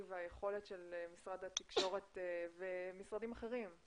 והיכולת של משרד התקשורת ומשרדים אחרים,